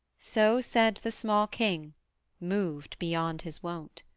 so said the small king moved beyond his wont.